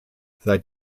seit